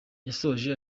yashoje